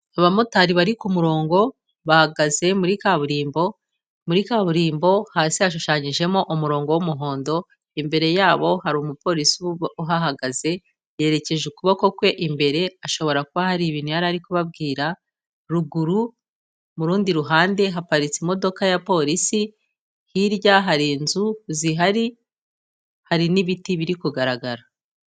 Abamotari bari ku murongo bahagaze muri kaburimbo, muri kaburimbo hasi hashushanyijemo umurongo w'umuhondo imbere yabo hari umupolisi uhahagaze, yerekeje ukuboko kwe imbere ashobora kuba hari ibintu yari ari kubabwira, ruguru mu rundi ruhande haparitse imodoka ya polisi, hirya hari inzu zihari hari n'ibiti biri kugaragara.